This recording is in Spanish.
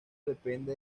depende